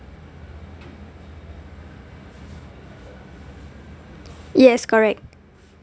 yes correct